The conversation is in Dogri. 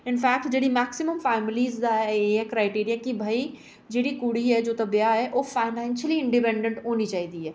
इनफैक्ट जेह्ड़ी मेक्सीमम फैमिली दा एह् क्राईटेरिया कि भाई जेह्ड़ी कुड़ी ऐ जेह्दा ब्याह ऐ कि ओह् फाइनेंशिली इंडीपेंडेंट होनी चाहिदी ऐ